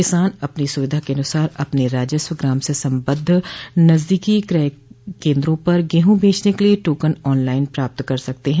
किसान अपनी सुविधा के अनुसार अपने राजस्व ग्राम से संबद्ध नजदीकी क्रय केन्द्रों पर गेहूँ बेचने के लिये टोकन ऑन लाइन प्राप्त कर सकते हैं